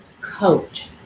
coach